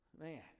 Man